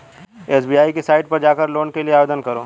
SBI की site पर जाकर लोन के लिए आवेदन करो